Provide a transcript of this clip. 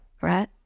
right